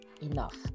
enough